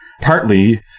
partly